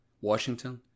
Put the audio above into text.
Washington